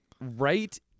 right